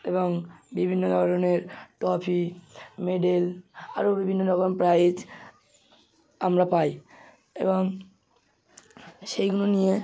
এবং বিভিন্ন ধরনের ট্রফি মেডেল আরও বিভিন্ন রকম প্রাইজ আমরা পাই এবং সেইগুনো নিয়ে